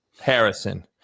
Harrison